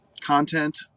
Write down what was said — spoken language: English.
content